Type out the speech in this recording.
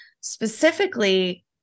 Specifically